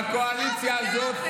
בקואליציה הזו,